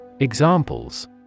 Examples